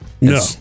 No